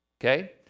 okay